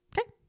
Okay